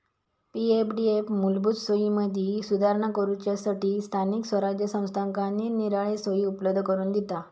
पी.एफडीएफ मूलभूत सोयींमदी सुधारणा करूच्यासठी स्थानिक स्वराज्य संस्थांका निरनिराळे सोयी उपलब्ध करून दिता